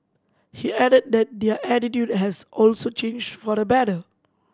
he added that their attitude has also changed for the better